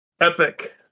Epic